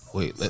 Wait